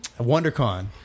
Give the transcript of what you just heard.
WonderCon